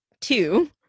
two